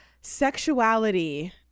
sexuality